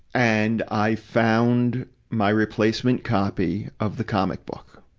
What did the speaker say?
and i found my replacement copy of the comic book.